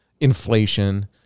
inflation